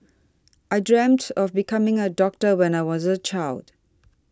I dreamt of becoming a doctor when I was a child